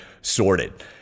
sorted